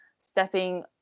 stepping